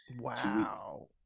Wow